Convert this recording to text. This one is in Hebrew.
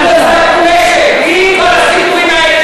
אנחנו החזקנו משק בלי כל הסיפורים האלה,